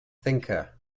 thinker